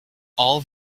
all